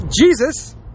Jesus